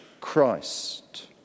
Christ